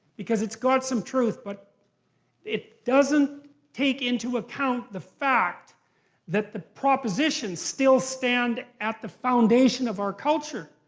because it's got some truth, but it doesn't take into account the fact that the propositions still stand at the foundation of our culture.